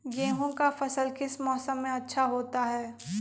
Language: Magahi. गेंहू का फसल किस मौसम में अच्छा होता है?